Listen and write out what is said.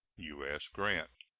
u s. grant.